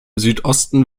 südosten